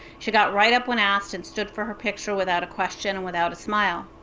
she got right up when asked and stood for her picture without a question and without a smile.